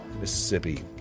Mississippi